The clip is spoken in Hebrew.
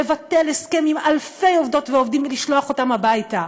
לבטל הסכם עם אלפי עובדות ועובדים ולשלוח אותם הביתה.